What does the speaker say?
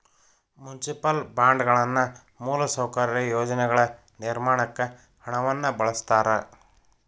municipal ಬಾಂಡ್ಗಳನ್ನ ಮೂಲಸೌಕರ್ಯ ಯೋಜನೆಗಳ ನಿರ್ಮಾಣಕ್ಕ ಹಣವನ್ನ ಬಳಸ್ತಾರ